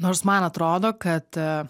nors man atrodo kad